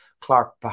Clark